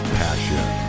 passion